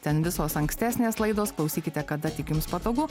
ten visos ankstesnės laidos klausykite kada tik jums patogu